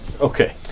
Okay